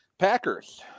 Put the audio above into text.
Packers